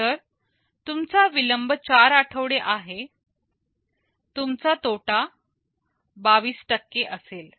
जर तुमचा विलंब 4 आठवडे आहे तुमचा तोटा 22 असेल